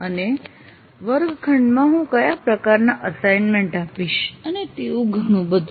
અને વર્ગખંડમાં હું કયા પ્રકારના અસાઇમેન્ટ આપીશ અને તેવું ઘણું બધું